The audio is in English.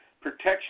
protection